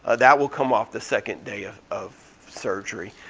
ah that will come off the second day of of surgery.